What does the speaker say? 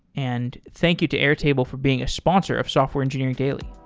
and thank you to airtable for being a sponsor of software engineering daily.